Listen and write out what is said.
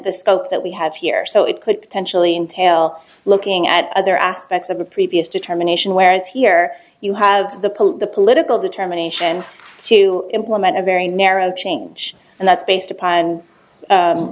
the scope that we have here so it could potentially intel looking at other aspects of the previous determination where here you have the police the political determination to implement a very narrow change and that's based upon